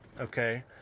okay